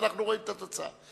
ואנחנו רואים את התוצאה.